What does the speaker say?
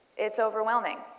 it's overwhelming.